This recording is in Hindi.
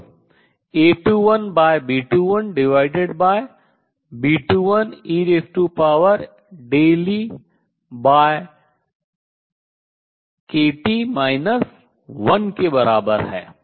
जो A21B21B21 eEkT 1 के बराबर है